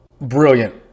brilliant